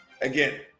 Again